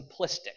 simplistic